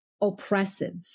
oppressive